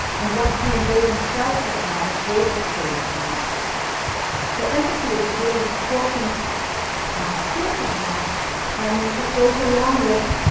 and what pain they themselves themselves have had if they've experienced abuse so empathy is a really important skill to have and it goes along with,